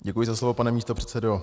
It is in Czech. Děkuji za slovo, pane místopředsedo.